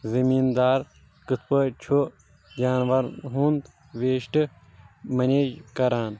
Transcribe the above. زٔمیٖندار کِتھ پٲٹھۍ چھُ جانور ہُنٛد ویسٹ مینیج کران